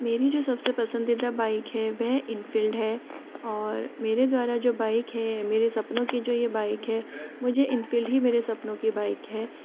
मेरी जो सबसे पसंदीदा बाइक है वह इनफील्ड है और मेरे द्वारा जो बाइक है मेरे सपनों की जो ये बाइक है मुझे इनफील्ड ही मेरे सपनों की बाइक है